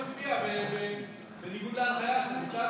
כי עכשיו מכריזים פורש על כל מי שמצביע בניגוד להנחיה של הדיקטטור.